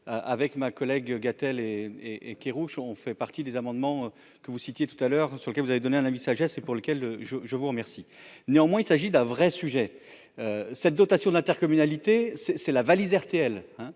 avec ma collègue Gatel et et Kerrouche on fait partie des amendements que vous citiez tout à l'heure sur les vous avez donné un avis de sagesse et pour lequel je je vous remercie, néanmoins, il s'agit d'un vrai sujet, cette dotation d'intercommunalité c'est c'est la valise RTL,